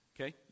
okay